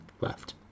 left